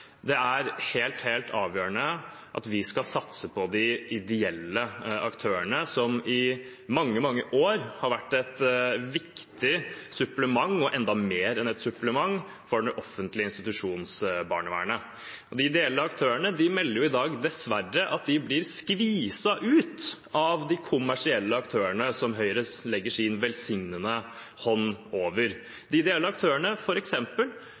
det er helt, helt avgjørende at vi skal satse på de ideelle aktørene, som i mange, mange år har vært et viktig supplement, og enda mer enn et supplement, for det offentlige institusjonsbarnevernet. De ideelle aktørene melder i dag dessverre om at de blir skviset ut av de kommersielle aktørene som Høyre legger sin velsignende hånd over. Tidligere samarbeidet f.eks. de ideelle aktørene